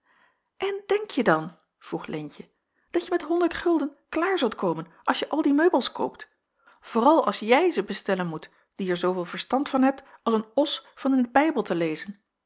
en denkje dan vroeg leentje dat je met honderd gulden klaar zult komen als je al die meubels koopt vooral als jij ze bestellen moet die er zooveel verstand van hebt als een os van in den bijbel te lezen